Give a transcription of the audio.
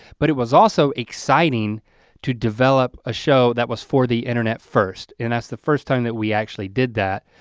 but it was also exciting to develop a show that was for the internet first. and that's the first time that we actually did that.